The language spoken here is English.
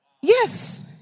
Yes